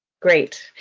great,